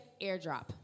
AirDrop